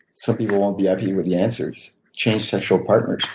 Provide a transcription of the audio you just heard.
some people won't be happy with the answers. change sexual partners.